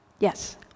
Yes